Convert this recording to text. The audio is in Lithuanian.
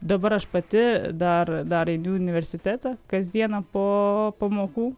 dabar aš pati dar dar einu į universitetą kasdieną po pamokų